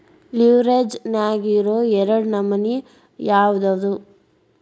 ಲಿವ್ರೆಜ್ ನ್ಯಾಗಿರೊ ಎರಡ್ ನಮನಿ ಯಾವ್ಯಾವ್ದ್?